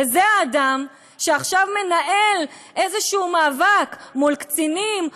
וזה האדם שעכשיו מנהל איזה מאבק מול קצינים,